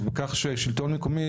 ובכך ששלטון מקומי,